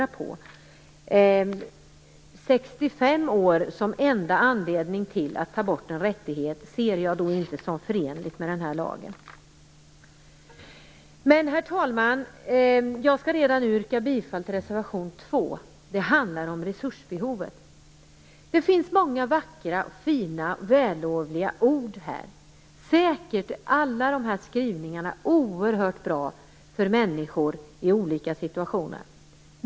Åldern 65 år som enda anledning till att ta bort en rättighet ser jag inte som förenligt med den här lagen. Herr talman! Jag skall redan nu yrka bifall till reservation 2. Den handlar om resursbehovet. Det finns många vackra, fina, vällovliga ord här. Säkert är alla dessa skrivningar oerhört bra för människor i olika situationer.